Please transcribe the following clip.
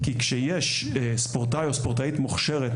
כי כשיש ספורטאי או ספורטאית מוכשרת,